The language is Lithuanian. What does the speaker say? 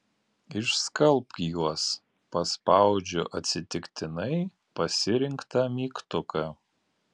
išskalbk juos paspaudžiu atsitiktinai pasirinktą mygtuką